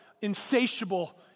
insatiable